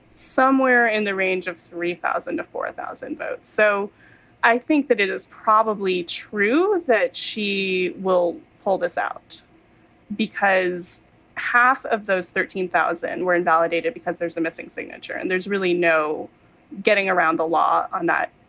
somewhere in the range of three thousand to four thousand votes. so i think that it is probably true that she will pull this out because half of those thirteen thousand were invalidated because there's a missing signature and there's really no getting around the law on that.